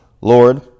Lord